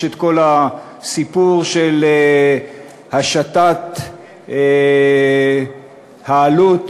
ישנו כל הסיפור של השתת העלות